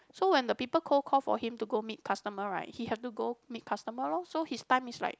so when the people cold call for him to go meet customer right he have to go meet customer lor so his time is like